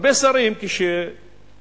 הרבה שרים, כשמתלהם